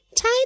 Tie